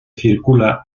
circula